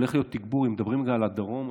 אם מדברים על הדרום,